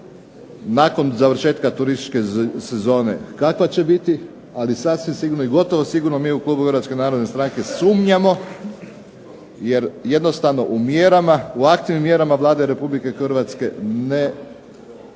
nakon završetka turističke sezone kakva će biti, ali sasvim sigurno i gotovo sigurno mi u klubu HNS-a sumnjamo jer jednostavno u mjerama, u aktivnim mjerama Vlade Republike Hrvatske ne